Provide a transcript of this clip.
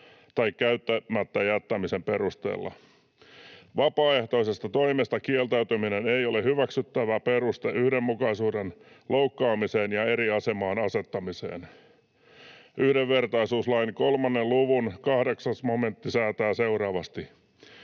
tai käyttämättä jättämisen perusteella. Vapaaehtoisesta toimesta kieltäytyminen ei ole hyväksyttävä peruste yhdenmukaisuuden loukkaamiseen ja eri asemaan asettamiseen. Yhdenvertaisuuslain 3 luvun 8 § säätää seuraavasti: